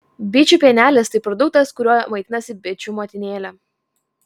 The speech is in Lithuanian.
bičių pienelis tai produktas kuriuo maitinasi bičių motinėlė